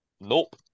nope